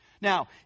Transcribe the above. Now